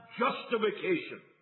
justification